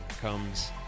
comes